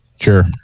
Sure